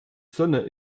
sonne